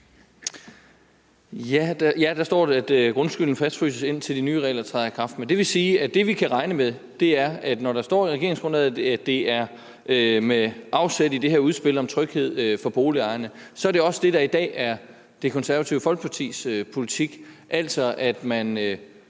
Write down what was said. Der står, at grundskylden fastfryses, indtil de nye regler træder i kraft. Men det vil sige, at det, vi kan regne med, er, at når der står i regeringsgrundlaget, at det er med afsæt i det her udspil om tryghed for boligejerne, så er det også det, der i dag er Det Konservative Folkepartis politik. Altså at når